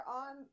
on